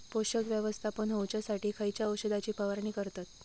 पोषक व्यवस्थापन होऊच्यासाठी खयच्या औषधाची फवारणी करतत?